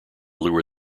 lure